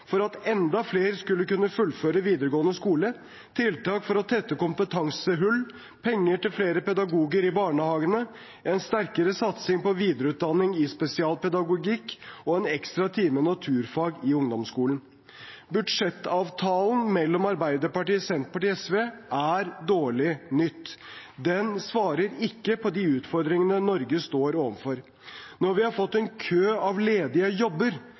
for at enda flere skulle kunne fullføre videregående skole, tiltak for å tette kompetansehull, penger til flere pedagoger i barnehagene, en sterkere satsing på videreutdanning i spesialpedagogikk og en ekstra time naturfag i ungdomsskolen. Budsjettavtalen mellom Arbeiderpartiet, Senterpartiet og SV er dårlig nytt. Den svarer ikke på de utfordringene Norge står overfor. Når vi har fått en kø av ledige jobber,